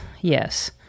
yes